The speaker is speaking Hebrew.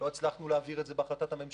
אבל לא הצלחנו להעביר את זה בהחלטת הממשלה.